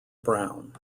brown